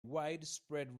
widespread